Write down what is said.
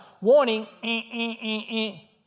warning